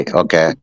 okay